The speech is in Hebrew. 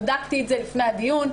בדקתי את זה לפני הדיון,